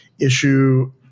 issue